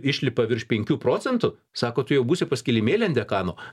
išlipa virš penkių procentų sako tu jau būsi pas kilimėlį ant dekano